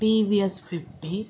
TVS fifty